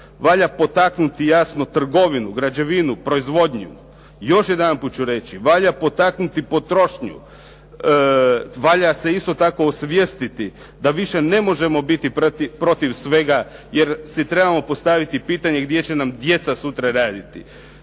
valja potaknuti jasno trgovinu, građevinu, proizvodnju. Još jedanput ću re ći, valja potaknuti potrošnju, valja se isto tako osvijestiti da više ne možemo biti protiv svega, jer si trebamo postaviti pitanje gdje će nam djeca sutra raditi.